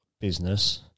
business